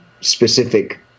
Specific